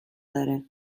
داره